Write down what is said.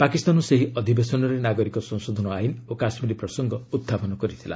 ପାକିସ୍ତାନ ସେହି ଅଧିବେଶନରେ ନାଗରିକ ସଂଶୋଧନ ଆଇନ୍ ଓ କାଶ୍ମୀର ପ୍ରସଙ୍ଗ ଉତ୍ସାପନ କରିଥିଲା